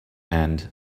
and